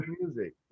music